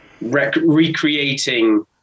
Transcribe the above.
recreating